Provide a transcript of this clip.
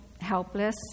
helpless